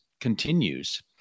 continues